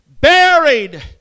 Buried